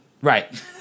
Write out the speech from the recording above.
Right